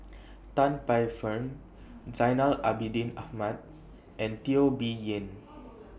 Tan Paey Fern Zainal Abidin Ahmad and Teo Bee Yen